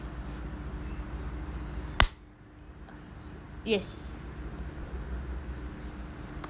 yes